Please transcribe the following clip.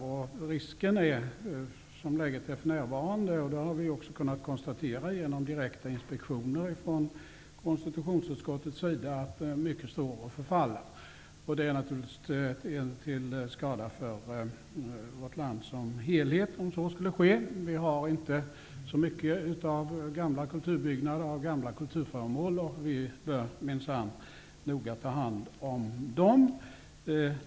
Som läget är för närvarande är risken -- det har konstitutionsutskottet också kunnat konstatera genom direkta inspektioner -- att mycket förfaller. Det är naturligtvis till skada för vårt land som helhet om så skulle ske. Vi har inte så mycket av gamla kulturbyggnader och gamla kulturföremål, så vi bör minsann noga ta hand om dem.